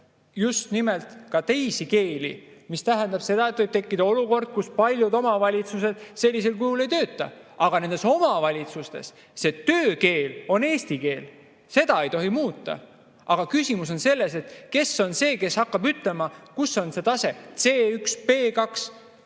just nimelt teises keeles. See tähendab seda, et võib tekkida olukord, kus paljud omavalitsused sellisel kujul ei tööta, aga nendes omavalitsustes on töökeel eesti keel, seda ei tohi muuta. Aga küsimus on selles, kes on see, kes hakkab ütlema, [kellel] on see tase C1,